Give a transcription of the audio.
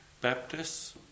Baptists